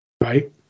right